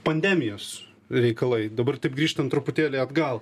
pandemijos reikalai dabar taip grįžtant truputėlį atgal